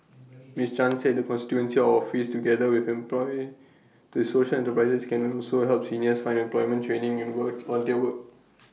miss chan said the constituency office together with employee to social enterprises can also help seniors find employment training and work work